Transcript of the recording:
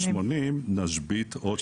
80 נשבית עוד שתיים.